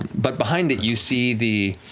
but behind it, you see the